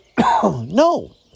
No